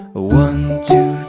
ah one, two,